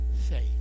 faith